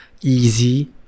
easy